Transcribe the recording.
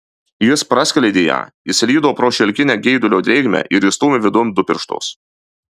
jis praskleidė ją įslydo pro šilkinę geidulio drėgmę ir įstūmė vidun du pirštus